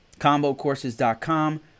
combocourses.com